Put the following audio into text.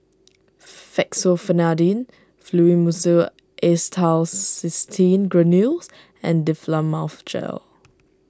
Fexofenadine Fluimucil Acetylcysteine Granules and Difflam Mouth Gel